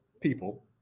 people